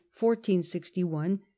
1461